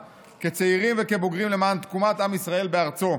כצעירים וכבוגרים למען תקומת עם ישראל בארצו.